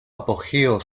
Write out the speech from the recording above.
apogeo